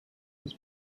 was